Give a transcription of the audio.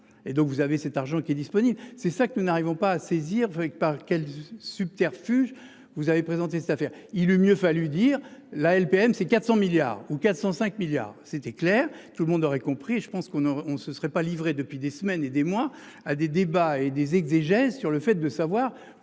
et donc vous avez cet argent qui est disponible. C'est ça que nous n'arrivons pas à saisir par quel subterfuge. Vous avez présenté cette affaire, il eut mieux fallu dire la LPM, ces 400 milliards ou 405 milliards, c'était clair, tout le monde aurait compris. Je pense qu'on on ne se serait pas livré depuis des semaines et des mois à des débats et des exégèses sur le fait de savoir